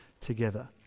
together